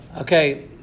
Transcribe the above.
Okay